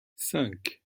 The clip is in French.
cinq